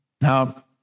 Now